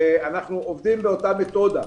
ואנחנו עובדים באותה מתודה.